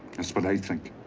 that's what i think.